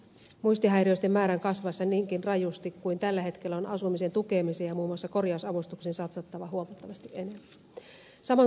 muistihäiriöisten määrän kasvaessa niinkin rajusti kuin tällä hetkellä on asumisen tukemiseen ja muun muassa korjausavustukseen satsattava huomattavasti enemmän